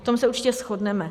V tom se určitě shodneme.